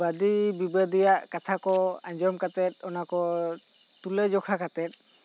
ᱵᱟᱫᱤ ᱵᱤᱵᱟ ᱫᱤ ᱨᱮᱭᱟᱜ ᱠᱟᱛᱷᱟ ᱠᱚ ᱟᱸᱡᱚᱢ ᱠᱟᱛᱮᱫ ᱚᱱᱟᱠᱚ ᱛᱩᱞᱟ ᱡᱚᱠᱷᱟ ᱠᱟᱛᱮ